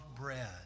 bread